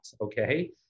okay